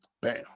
bam